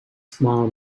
small